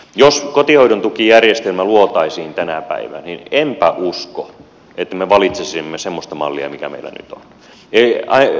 jos kotihoidon tukijärjestelmä luotaisiin tänä päivänä niin enpä usko että me valitsisimme semmoista mallia mikä meillä nyt on